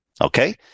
Okay